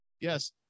Yes